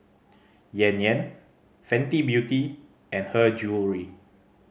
Yan Yan Fenty Beauty and Her Jewellery